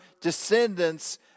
descendants